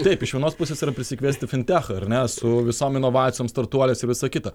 taip iš vienos pusės yra prisikviesti fintechą ar ne su visom inovacijom startuoliais ir visa kita